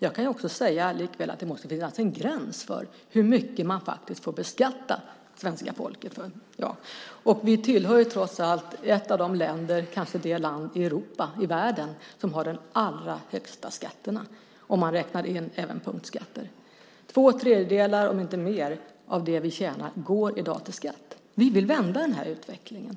Jag kan då säga att det likväl måste finnas en gräns för hur mycket man får beskatta svenska folket. Vi är trots allt kanske det land i Europa eller i världen som har de allra högsta skatterna, om man räknar in även punktskatter. Två tredjedelar om inte mer av det vi tjänar går i dag till skatt. Vi vill vända den här utvecklingen.